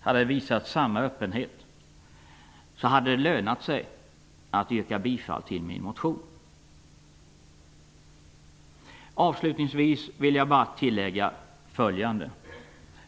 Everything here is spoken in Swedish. hade visat samma öppenhet, hade det lönat sig att yrka bifall till min motion. Avslutningsvis vill jag bara tillägga följande.